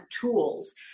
tools